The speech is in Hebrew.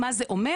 מה זה אומר?